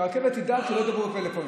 שהרכבת תדאג שלא ידברו בפלאפון.